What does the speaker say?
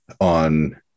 on